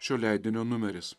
šio leidinio numeris